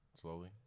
slowly